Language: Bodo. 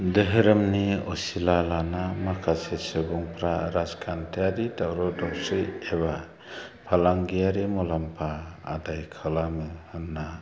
दोहोरोमनि असिला लाना माखासे सुबुंफ्रा राजखान्थियारि दावराव दावसि एबा फालांगियारि मुलाम्फा आदाय खालामो होन्ना